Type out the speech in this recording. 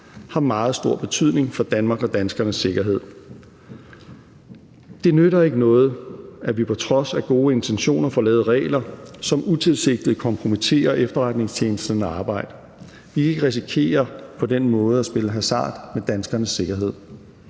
har meget stor betydning for Danmark og danskernes sikkerhed. Det nytter ikke noget, at vi på trods af gode intentioner får lavet regler, som utilsigtet kompromitterer efterretningstjenesternes arbejde. Vi kan ikke på den måde risikere at spille hasard med danskernes sikkerhed.